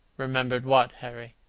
remembered what, harry?